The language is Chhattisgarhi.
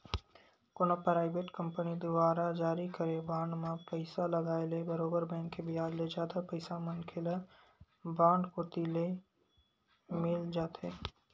कोनो पराइबेट कंपनी दुवारा जारी करे बांड म पइसा लगाय ले बरोबर बेंक के बियाज ले जादा पइसा मनखे ल बांड कोती ले मिल जाथे